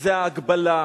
זו ההגבלה,